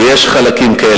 ויש חלקים כאלה,